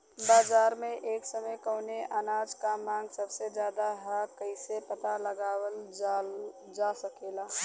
बाजार में एक समय कवने अनाज क मांग सबसे ज्यादा ह कइसे पता लगावल जा सकेला?